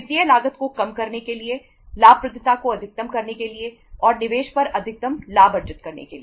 वित्तीय लागत को कम करने के लिए लाभप्रदता को अधिकतम करने के लिए और निवेश पर अधिकतम लाभ अर्जित करने के लिए